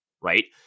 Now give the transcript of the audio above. right